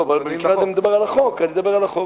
לא, במקרה הזה מדובר על החוק, אני מדבר על החוק.